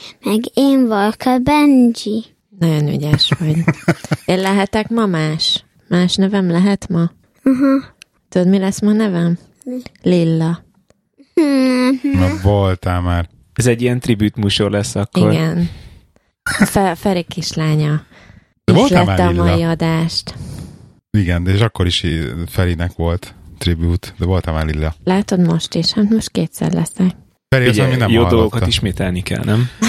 Meg én vagyok a Benji. Nagyon ügyes vagy. Én lehetek ma más? Más nevem lehet ma? Aha. Tudod, mi lesz ma nevem? Mi? Lilla. Mhm. Na, voltál már. Ez egy ilyen tribütműsor lesz akkor. Igen. Fe- Feri kislánya De voltál már ihlette Lilla? a mai adást. Igen, de és akkor is í- Ferinek volt tribüt, de voltál már Lilla. Látod most is? Hát most kétszer leszek. Feri azt Ugye, mondja, mi nem jó dolgokat hallotta. ismételni kell, nem?